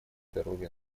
здоровья